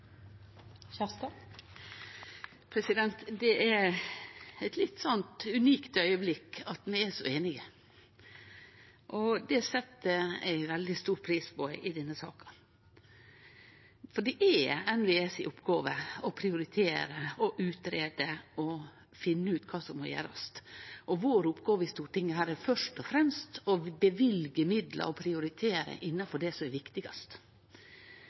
så einige, og det set eg veldig stor pris på i denne saka. Det er NVE si oppgåve å prioritere, greie ut og finne ut kva som må gjerast. Vår oppgåve i Stortinget er først og fremst å løyve midlar og prioritere innanfor det som er viktigast.